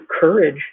courage